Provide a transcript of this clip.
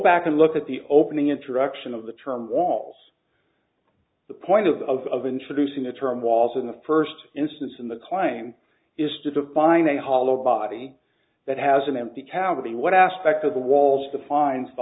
back and look at the opening introduction of the term walls the point of the of introducing the term walls in the first instance in the climb is to define a hollow body that has an empty cavity what aspect of the walls defines the